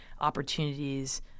opportunities